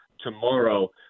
tomorrow